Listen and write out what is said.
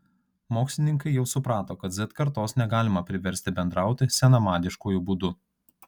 mokslininkai jau suprato kad z kartos negalima priversti bendrauti senamadiškuoju būdu